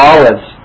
Olives